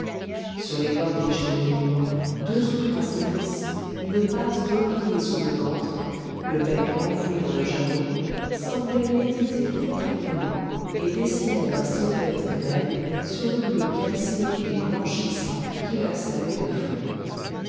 sur les corniches des monuments deux ou trois ibis une patte repliée sous le ventre le bec enfoui dans le jabot semblaient méditer profondément et dessinaient leur silhouette grêle sur le bleu calciné et blanchissant qui leur servait de fond